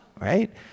right